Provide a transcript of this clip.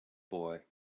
boy